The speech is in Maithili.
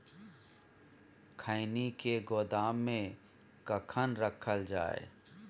खैनी के गोदाम में कखन रखल जाय?